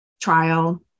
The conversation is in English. trial